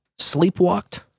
sleepwalked